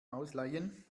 ausleihen